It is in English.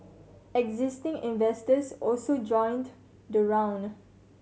existing investors also joined the round